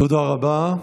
תודה רבה.